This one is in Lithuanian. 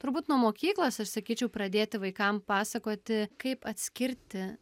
turbūt nuo mokyklos aš sakyčiau pradėti vaikam pasakoti kaip atskirti